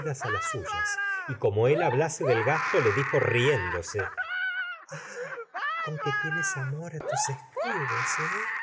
las suyas y como él hablase del gasto le dijo riéndose ah conque tienes amor á tus escudos eh